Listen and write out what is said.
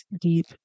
deep